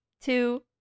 two